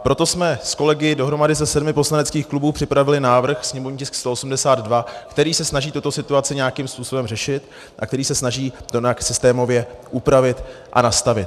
Proto jsme s kolegy dohromady ze sedmi poslaneckých klubů připravili návrh sněmovní tisk 182, který se snaží tuto situaci nějakým způsobem řešit a který se snaží to nějak systémově upravit a nastavit.